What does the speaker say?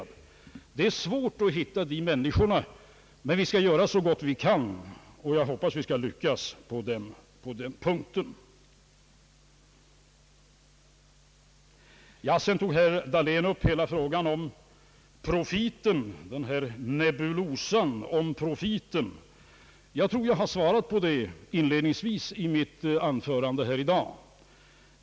Det är svårt att hitta de människorna, men vi skall göra så gott vi kan, och jag hoppas att vi skall lyckas på den punkten. Herr Dahlén tog upp hela frågan om »nebulosan om profiten». Jag tror att jag i inledningen till detta anförande har svarat honom.